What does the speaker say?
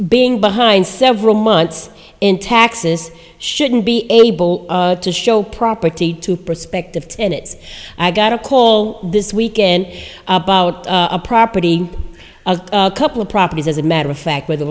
being behind several months in taxes shouldn't be able to show property to prospective tenants i got a call this weekend about a property of a couple of properties as a matter of fact where the